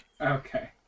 Okay